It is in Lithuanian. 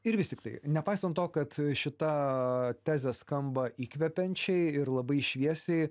ir vis tiktai nepaisant to kad šita tezė skamba įkvepiančiai ir labai šviesiai